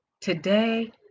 today